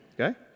Okay